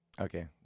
Okay